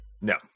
No